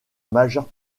majeure